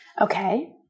Okay